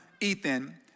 Ethan